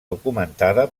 documentada